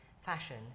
fashion